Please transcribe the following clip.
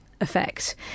effect